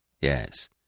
Yes